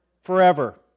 forever